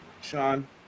Sean